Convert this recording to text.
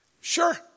sure